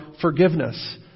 forgiveness